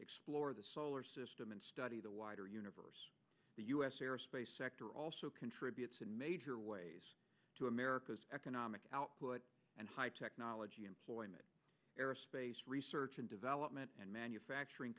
explore the solar system and study the wider universe the u s air space sector also contributes in major ways to america's economic output and high technology employment aerospace research and development and manufacturing